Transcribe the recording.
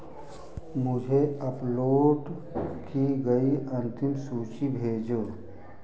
मुझे अपलोड की गई अंतिम सूची भेजो